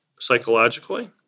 psychologically